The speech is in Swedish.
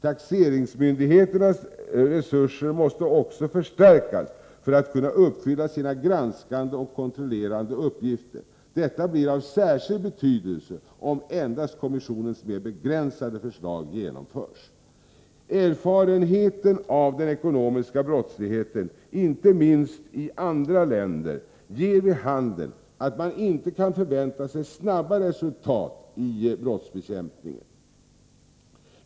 Taxeringsmyndigheternas resurser måste också förstärkas för att de skall kunna utföra sina granskande och kontrollerande uppgifter. Detta blir av särskild betydelse om endast kommissionens mer begränsade förslag genomförs. Erfarenheten av den ekonomiska brottsligheten, inte minst erfarenheten från utvecklingen i andra länder, ger vid handen att man inte kan förvänta sig snabba resultat i brottsbekämpningen.